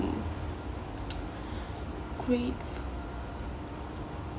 grateful